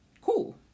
cool